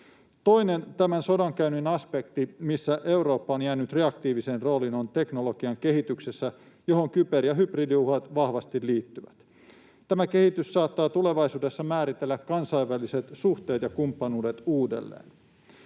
Toinen tämän sodankäynnin aspekti, missä Eurooppa on jäänyt reaktiiviseen rooliin, on teknologian kehityksessä, johon kyber- ja hybridiuhat vahvasti liittyvät. Tämä kehitys saattaa tulevaisuudessa määritellä kansainväliset suhteet ja kumppanuudet uudelleen.